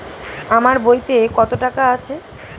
আমার বইতে কত টাকা আছে?